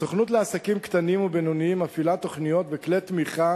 הסוכנות לעסקים קטנים ובינוניים מפעילה תוכניות וכלי תמיכה